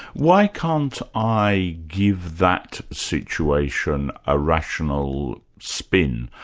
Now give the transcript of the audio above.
why can't i give that situation a rational spin?